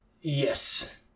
Yes